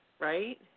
right